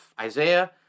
Isaiah